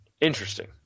Interesting